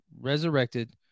resurrected